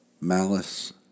Malice